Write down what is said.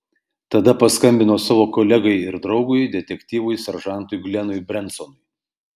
tada paskambino savo kolegai ir draugui detektyvui seržantui glenui brensonui